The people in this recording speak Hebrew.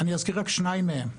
אני אזכיר רק שניים מהם: